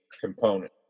component